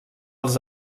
als